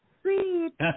sweet